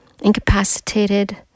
incapacitated